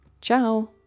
Ciao